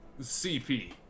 cp